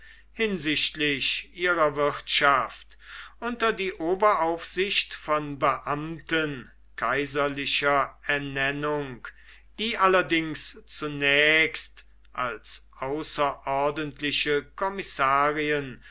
hinsichtlich ihrer wirtschaft unter die oberaufsicht von beamten kaiserlicher ernennung die allerdings zunächst als außerordentliche kommissarien